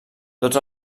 tots